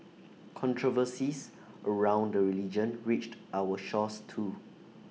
controversies around the religion reached our shores too